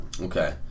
Okay